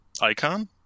Icon